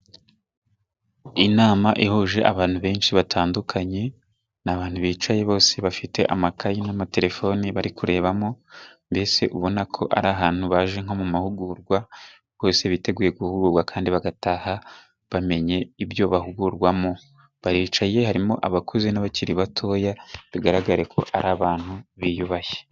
Inama ihuje abantu benshi batandukanye, ni abantu bicaye bose bafite amakayi, n'amatelefoni bari kurebamo, mbese ubona ko ari ahantu baje nko mu mahugurwa, bose biteguye guhurwa, kandi bagataha bamenye ibyo bahugurwamo, baricaye harimo abakuze, n'abakiri batoya, bigaragare ko ari abantu biyubashye.